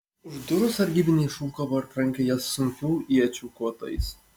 už durų sargybiniai šūkavo ir trankė jas sunkių iečių kotais